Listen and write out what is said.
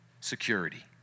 security